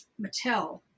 Mattel